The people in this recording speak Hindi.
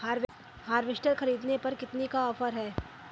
हार्वेस्टर ख़रीदने पर कितनी का ऑफर है?